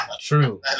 true